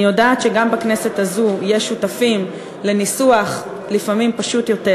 אני יודעת שגם בכנסת הזאת יש שותפים לניסוח שהוא לפעמים פשוט יותר,